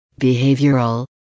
behavioral